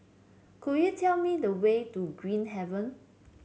could you tell me the way to Green Haven